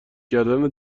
کردن